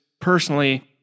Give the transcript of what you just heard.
personally